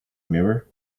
mirror